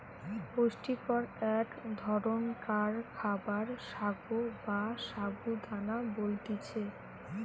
পুষ্টিকর এক ধরণকার খাবার সাগো বা সাবু দানা বলতিছে